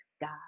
God